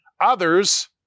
Others